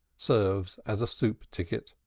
serves as a soup-ticket.